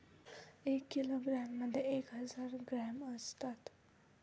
एक किलोग्रॅममध्ये एक हजार ग्रॅम असतात